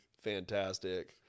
fantastic